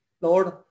Lord